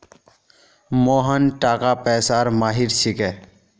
मोहन टाका पैसार माहिर छिके